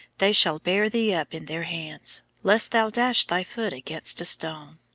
they shall bear thee up in their hands, lest thou dash thy foot against a stone.